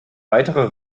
weiterer